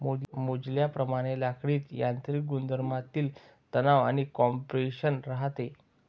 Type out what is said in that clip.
मोजल्याप्रमाणे लाकडीत यांत्रिक गुणधर्मांमधील तणाव आणि कॉम्प्रेशन राहते